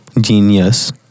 Genius